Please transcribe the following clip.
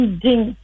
ding